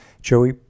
Joey